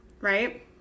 right